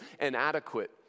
inadequate